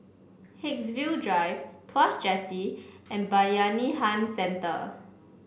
Haigsville Drive Tuas Jetty and Bayanihan Centre